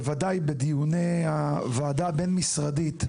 בוודאי בדיוני הוועדה הבין-משרדית,